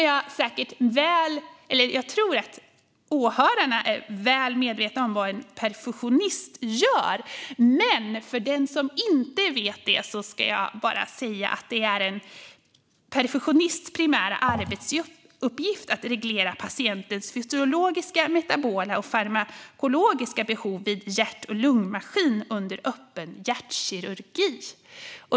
Jag tror att åhörarna är väl medvetna om vad en perfusionist gör, men till den som inte vet det ska jag säga att en perfusionists primära arbetsuppgift är att reglera patientens fysiologiska, metabola och farmakologiska behov via en hjärt-lungmaskin under öppen hjärtkirurgi.